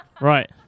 Right